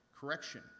Correction